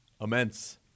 Immense